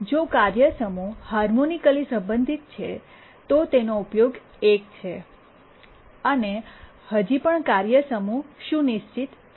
જો કોઈ કાર્ય સમૂહ હાર્મોનિકલી સંબંધિત છે તો તેનો ઉપયોગ 1 છે અને હજી પણ કાર્ય સમૂહ સુનિશ્ચિત છે